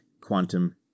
quantum